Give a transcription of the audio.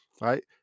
Right